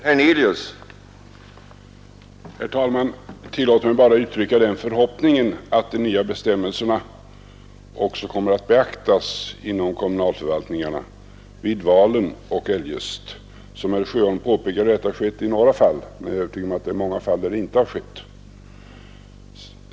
Herr talman! Tillåt mig bara uttrycka den förhoppningen att de nya bestämmelserna också kommer att beaktas inom kommunalförvaltningarna vid valen och eljest. Som herr Sjöholm påpekar har detta skett i några fall men jag är övertygad om att det i många fall inte varit så.